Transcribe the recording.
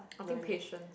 I think patience